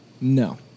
No